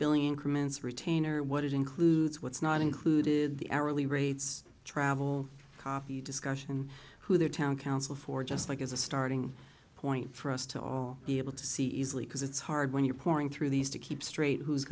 comments retainer what it includes what's not included the hourly rates travel coffee discussion who their town council for just like as a starting point for us to all be able to see easily because it's hard when you're poring through these to keep straight who's